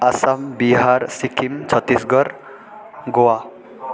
Assam Bihar Sikkim Chhattisgarh Goa